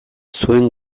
zuen